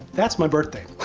that's my birthday,